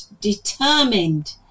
determined